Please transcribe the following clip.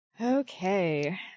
Okay